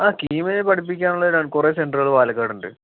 ആ കീമ് പഠിപ്പിക്കാനുള്ളത് കുറെ സെൻറ്ററുകൾ പാലക്കാടുണ്ട്